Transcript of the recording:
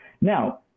now